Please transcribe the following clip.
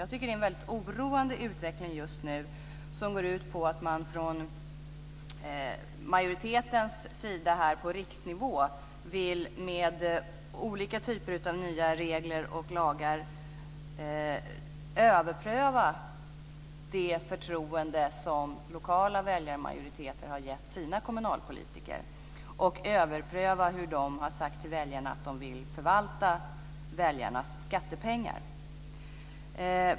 Jag tycker att det är en oroande utveckling just nu som går ut på att man från majoritetens sida på riksnivå vill med olika typer av nya regler och lagar överpröva det förtroende som lokala väljarmajoriteter har gett sina kommunalpolitiker och överpröva hur de har sagt till väljarna att de vill förvalta väljarnas skattepengar.